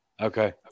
Okay